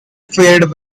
fared